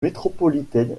métropolitaine